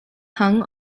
hung